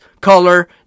color